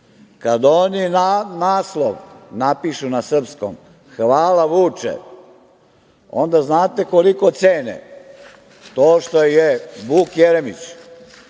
kada oni naslov napišu na srpskom – hvala Vuče, onda znate koliko cene to što je Vuk Jeremić